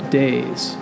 days